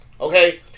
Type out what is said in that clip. Okay